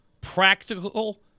practical